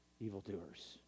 evildoers